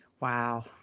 wow